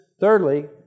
Thirdly